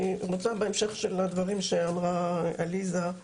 בהמשך הדברים שאמרה עליזה אני